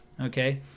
Okay